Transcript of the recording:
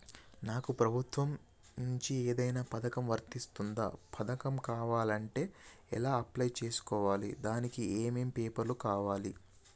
నాకు ప్రభుత్వం నుంచి ఏదైనా పథకం వర్తిస్తుందా? పథకం కావాలంటే ఎలా అప్లై చేసుకోవాలి? దానికి ఏమేం పేపర్లు కావాలి?